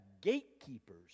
gatekeepers